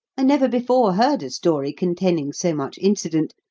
never before heard a story containing so much incident,